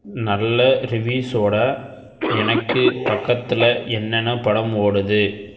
நல்ல ரிவ்யுஸோட எனக்கு பக்கத்தில் என்னென்ன படம் ஓடுது